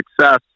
success